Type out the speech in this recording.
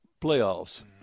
playoffs